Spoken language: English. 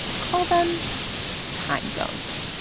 call them time zones.